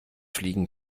fliegen